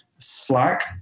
Slack